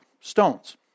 stones